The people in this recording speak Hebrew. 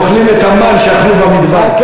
הם אוכלים את המן שאכלו במדבר.